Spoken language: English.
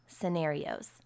scenarios